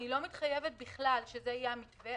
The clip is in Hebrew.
אני לא מתחייבת בכלל שזה יהיה המתווה,